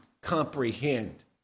comprehend